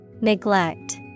Neglect